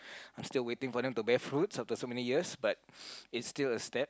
I'm still waiting for them to bear fruits after so many years but it's still a step